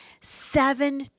seven